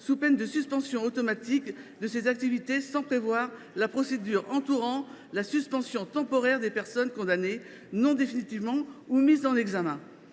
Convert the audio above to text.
sous peine de suspension automatique de ses activités. Toutefois, la procédure entourant la suspension temporaire des personnes condamnées non définitivement ou mises en examen